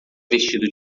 vestido